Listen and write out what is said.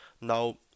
Now